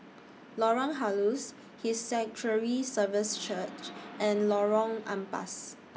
Lorong Halus His Sanctuary Services Church and Lorong Ampas